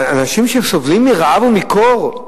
אנשים שסובלים מרעב ומקור,